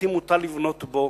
בתים מותר לבנות בו,